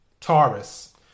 Taurus